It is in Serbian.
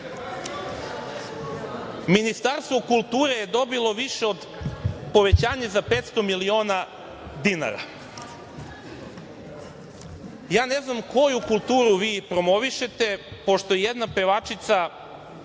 tri. Ministarstvo kulture je dobilo povećanje za 500 miliona dinara. Ja ne znam koju kulturu vi promovišete, pošto je jedna pevačica